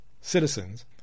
citizens